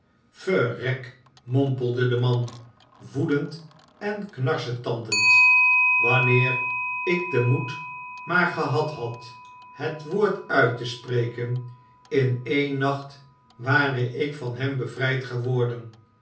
verrek mompelde de man woedend en knarsetandende wanneer ik den moed maar gehad had het woord uit te spreken in één nacht ware ik van hem bevrijd geworden